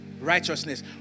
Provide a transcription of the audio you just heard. righteousness